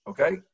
Okay